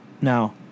Now